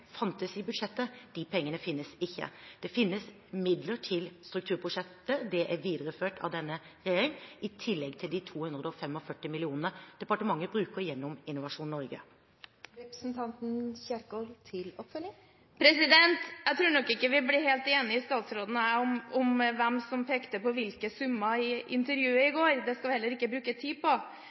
fantes i budsjettet. De pengene finnes ikke. Det finnes midler til strukturprosjekter. De er videreført av denne regjeringen, i tillegg til de 245 mill. kr departementet bruker gjennom Innovasjon Norge. Jeg tror nok ikke statsråden og jeg blir helt enige om hvem som pekte på hvilke summer i intervjuet i går. Det skal vi heller ikke bruke tid på.